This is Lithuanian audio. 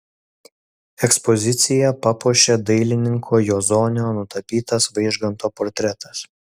ekspoziciją papuošė dailininko juozonio nutapytas vaižganto portretas